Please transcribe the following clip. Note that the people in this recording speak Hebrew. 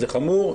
זה חמור.